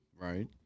Right